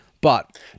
But-